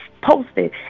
posted